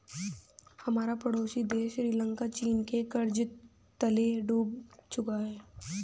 हमारा पड़ोसी देश श्रीलंका चीन के कर्ज तले डूब चुका है